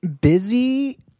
Busy